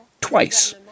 twice